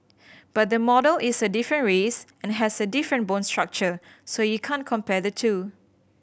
but the model is a different race and has a different bone structure so you can't compare the two